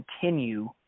continue